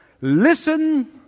Listen